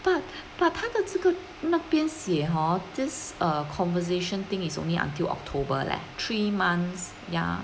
but but 他的这个那边写 hor this conversation thing is only until october leh three months ya